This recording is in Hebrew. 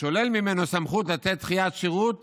שולל ממנו סמכות לתת דחיית שירות